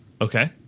Okay